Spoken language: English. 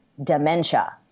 dementia